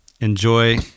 enjoy